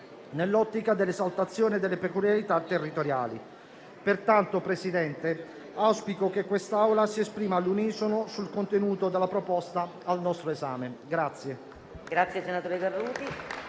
nell'ottica dell'esaltazione delle peculiarità territoriali. Pertanto, Presidente, auspico che quest'Assemblea si esprima all'unisono sul contenuto della proposta al nostro esame.